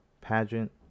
pageant